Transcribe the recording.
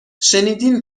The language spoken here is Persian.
شنیدین